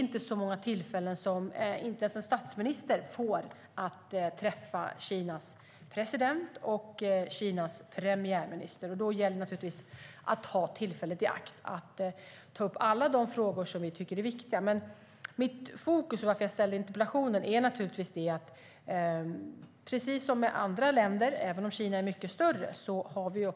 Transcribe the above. Inte ens en statsminister får många tillfällen att träffa Kinas president och Kinas premiärminister. Då gäller det naturligtvis att ta tillfället i akt och ta upp alla de frågor som vi tycker är viktiga. Men mitt fokus - det var anledningen till att jag ställde interpellationen - handlar om att vi precis som när det gäller andra länder, även om Kina är mycket större, har synpunkter.